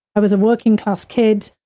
i was a working-class kid,